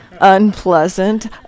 unpleasant